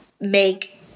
make